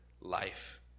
life